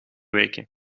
weken